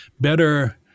better